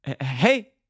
hey